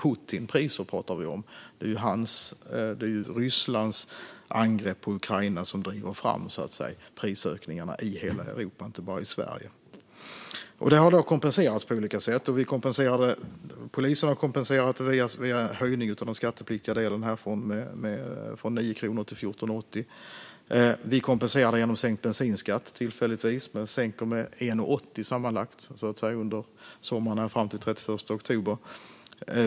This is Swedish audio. Vi pratar om Putinpriser, för det är Rysslands angrepp på Ukraina som så att säga driver fram prisökningarna - i hela Europa, inte bara i Sverige. Det har kompenserats på olika sätt. Polisen kompenserar det genom en höjning av den skattepliktiga delen från 9 kronor till 14,80. Vi kompenserar det genom tillfälligtvis sänkt bensinskatt - den sänks med sammanlagt 1,80 under sommaren och fram till den 31 oktober.